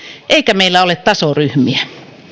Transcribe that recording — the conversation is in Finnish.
eikä meillä ole tasoryhmiä